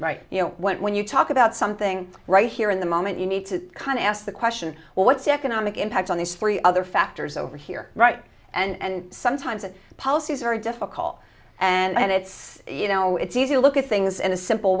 right you know when you talk about something right here in the moment you need to kind of ask the question what's the economic impact on these three other factors over here right and sometimes that policy is very difficult and it's you know it's easy to look at things in a simple